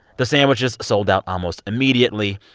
the sandwiches sold out almost immediately,